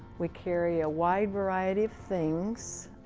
we carry a wide variety of things,